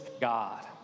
God